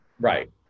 Right